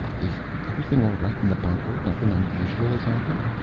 is everything all right in the bunker? nothing unusual has happened?